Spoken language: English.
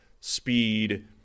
speed